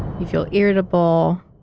you feel irritable,